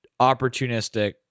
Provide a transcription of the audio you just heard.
opportunistic